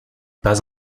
pas